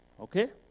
Okay